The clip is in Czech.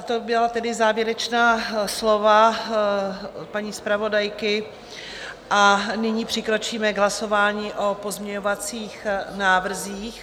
To byla tedy závěrečná slova paní zpravodajky a nyní přikročíme k hlasování o pozměňovacích návrzích.